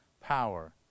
Power